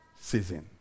season